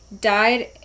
Died